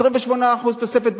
28% תוספת בקצבה.